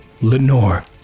Lenore